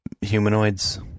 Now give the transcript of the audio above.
humanoids